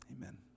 Amen